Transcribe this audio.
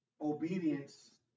obedience